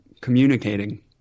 communicating